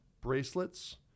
bracelets